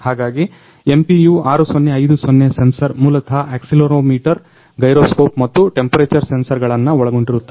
ಹಾಗಾಗಿ MPU 6050 sensor ಮೂಲತಃ accelerometer gyroscope ಮತ್ತು ಟೆಂಪರೆಚರ್ ಸೆನ್ಸರ್ ಗಳನ್ನ ಒಳಗೊಂಡಿರುತ್ತದೆ